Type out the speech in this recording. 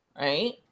right